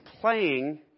playing